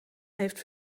heeft